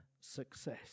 success